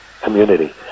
community